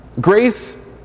Grace